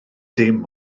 dim